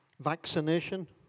vaccination